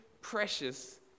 precious